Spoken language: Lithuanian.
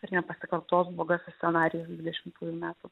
ir nepasikartos blogasis scenarijus dvidešimtųjų metų